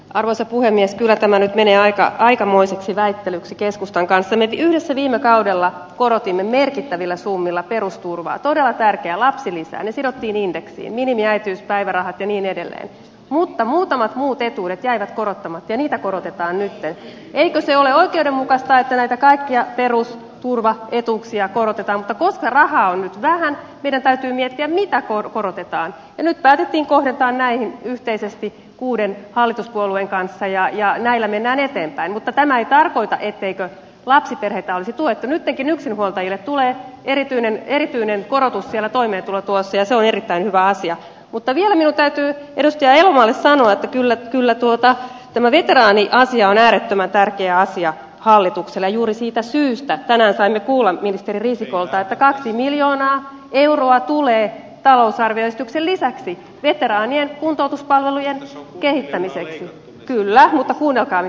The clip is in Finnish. arvoisa puhemies kyllä tämä nyt menee aikaa aikamoiseksi väittelyksi keskustan kanssa medioissa viime kaudella korotimme merkittävillä summilla perusturvaa todella tärkeää lapsilisät sidottiin indeksiin minimiäitiyspäivärahat ja niin edelleen mutta muutamat muut etuudet jäivät korottamatta ja niitä korotetaan ettei heitä se ole oikeudenmukaista että näitä kaikkia perusturvaetuuksia korotetaan jos rahaa vähän pidempään miettiä mitä kuorokorotetaan nyt päätettiin kotiuttaa näihin yhteisesti kuuden hallituspuolueen kanssa ja jay näillä mennään eteenpäin mutta tämä ei tarkoita etteikö lapsiperheitä olisi tuettiin etenkin yksinhuoltajia tulee erityinen erityinen korotus vielä toimi vuosia se on erittäin hyvä asia mutta riittääkö edusti hieman sanoi kyllä kyllä tuota meridiaani asia on äärettömän tärkeä asia hallitukselle juuri siitä syystä tänään saimme kuulla ministeri risikolta että kaksi miljoonaa euroa tulee talousarvioesityksen lisäksi veteraanien kuntoutuspalvelujen kehittämiseksi kyllä mutta punakaali